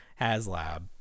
HasLab